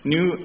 New